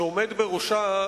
שעומד בראשה,